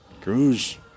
Cruz